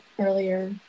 earlier